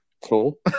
cool